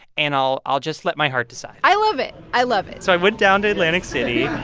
and i'll i'll just let my heart decide i love it. i love it so i went down to atlantic city